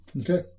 Okay